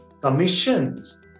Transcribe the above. commissions